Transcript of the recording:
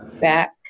back